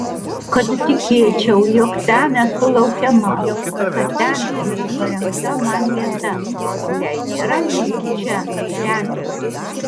kad tikėčiau jog ten esu laukiama kad ten yra parengta man vieta kuriai nėra lygių čia žemėje